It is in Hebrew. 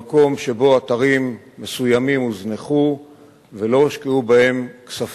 במקום שבו אתרים מסוימים הוזנחו ולא הושקעו בהם כספים.